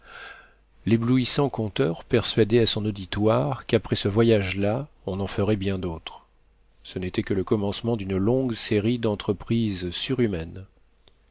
l'éblouissant conteur persuadait à son auditoire qu'après ce voyage là on en ferait bien d'autres ce n'était que le commencement d'une longue série d'entreprises surhumaines